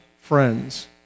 friends